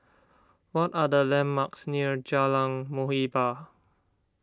what are the landmarks near Jalan Muhibbah